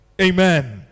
Amen